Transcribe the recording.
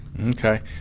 okay